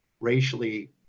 racially